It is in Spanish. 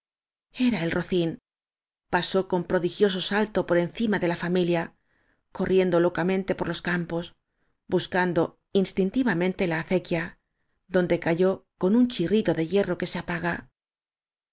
era el rocín pasó con prodigioso salto por enci ma de la familia corrien do locamente por los cam pos buscando instintivamente la acequia donde cayó con un chirrido de hierro que se apaga